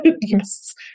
Yes